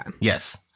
Yes